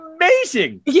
amazing